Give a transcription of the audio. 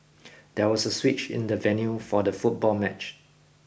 there was a switch in the venue for the football match